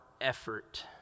effort